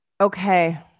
Okay